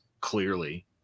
clearly